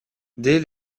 dès